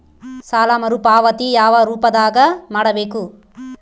ಸಾಲ ಮರುಪಾವತಿ ಯಾವ ರೂಪದಾಗ ಮಾಡಬೇಕು?